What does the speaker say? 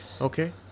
Okay